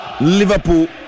Liverpool